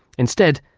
instead,